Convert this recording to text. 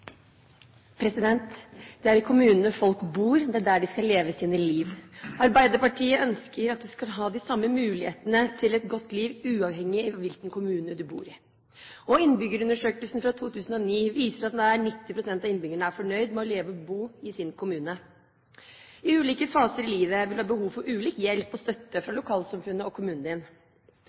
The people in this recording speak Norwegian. i kommunene folk bor, det er der det skal leve livet sitt. Arbeiderpartiet ønsker at du skal ha de samme mulighetene til et godt liv, uavhengig av hvilken kommune du bor i. Og innbyggerundersøkelsen fra 2009 viser at nær 90 pst. av innbyggerne er fornøyde med å leve og bo i sin kommune. I ulike faser av livet vil du ha behov for ulik hjelp og støtte fra lokalsamfunnet og kommunen din.